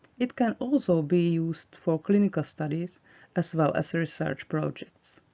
it can also be used for clinical studies as well as ah research projects.